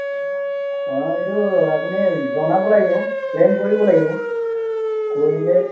অঁ এইটো আপুনি জনাব লাগিব ক্লেইম কৰিব লাগিব কৰিলে